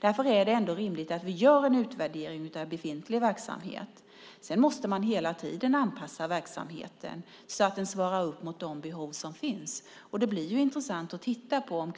Därför är det rimligt att vi gör en utvärdering av befintlig verksamhet. Sedan måste man hela tiden anpassa verksamheten, så att den svarar mot de behov som finns. Det blir intressant att titta på om